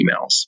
emails